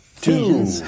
Two